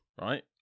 right